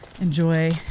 enjoy